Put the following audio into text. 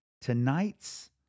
Tonight's